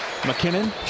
McKinnon